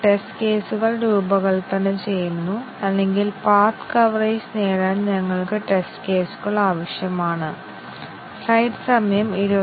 statement coverage branch coverage condition coverage എന്നിവ ഞങ്ങൾ കണ്ടു